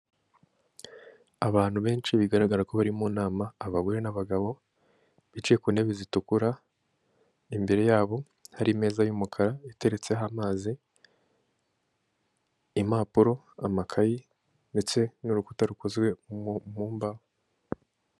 Abantu benshi bigaragara ko bari mu nama abagore n'abagabo bicaye ku ntebe zitukura, imbere y'abo hari ameza y'umukara ateretseho amazi, impapuro ,amakayi ndetse n'urukuta rukozwe mu mbaho.